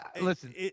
Listen